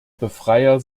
befreier